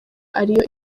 ariyo